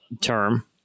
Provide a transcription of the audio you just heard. term